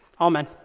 Amen